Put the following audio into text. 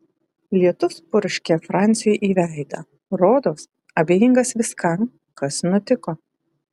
lietus purškė franciui į veidą rodos abejingas viskam kas nutiko